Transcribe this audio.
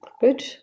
Good